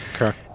okay